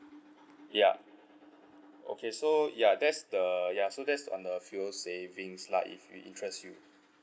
ya okay so ya that's the ya so that's on the fuel savings lah if it interest you